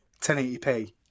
1080p